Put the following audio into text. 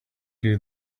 you